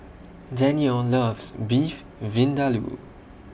Danielle loves Beef Vindaloo